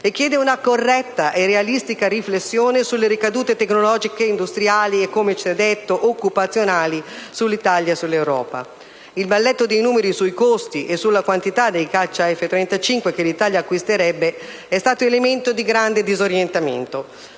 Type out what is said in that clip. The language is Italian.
e chiede una corretta e realistica riflessione sulle ricadute tecnologiche, industriali e - come ho già detto - occupazionali sull'Italia e sull'Europa. II balletto dei numeri sui costi e sulla quantità dei caccia F-35 che l'Italia acquisterebbe è stato elemento di grande disorientamento.